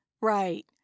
right